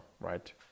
right